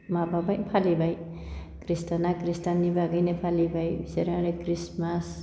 माबाबाय फालिबाय ख्रिस्टियाना ख्रिस्टियाननि बागैनो फालिबाय बिसोर आरो ख्रिस्टमास